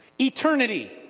Eternity